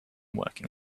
working